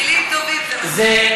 מילים טובות, זה בטוח.